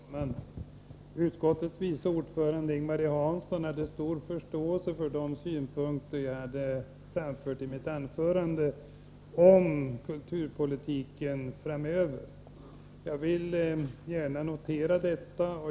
Herr talman! Utskottets vice ordförande Ing-Marie Hansson hade stor förståelse för de synpunkter jag framförde i mitt anförande om kulturpolitiken framöver. Jag vill gärna notera detta.